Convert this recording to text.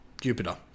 Jupiter